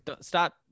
Stop